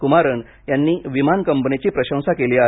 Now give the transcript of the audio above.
कुमारन यांनी विमान कंपनीची प्रशंसा केली आहे